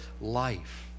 life